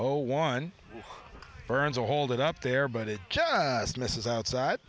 oh one burns i hold it up there but it just misses outside